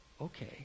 okay